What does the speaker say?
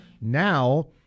Now